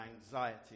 anxiety